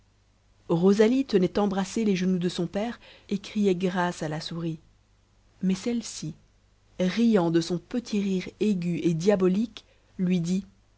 rosalie tenait embrassés les genoux de son père et criait grâce à la souris mais celle-ci riant de son petit rire aigu et diabolique lui dit